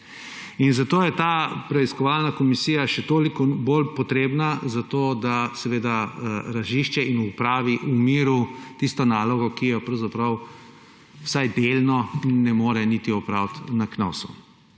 In zato je ta preiskovalna komisija še toliko bolj potrebna, da razišče in opravi v miru tisto nalogo, ki jo, vsaj delno, ne more niti opraviti na Knovsu.